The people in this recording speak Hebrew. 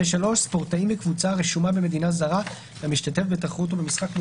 ספורטאים מקבוצה הרשומה במדינה זרה והמשתתפת בתחרות או במשחק מול